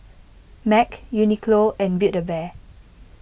Mac Uniqlo and Build A Bear